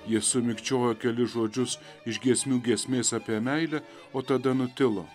jis sumikčiojo kelis žodžius iš giesmių giesmės apie meilę o tada nutilo